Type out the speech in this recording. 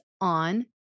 on